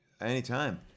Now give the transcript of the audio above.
anytime